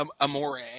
Amore